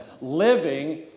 living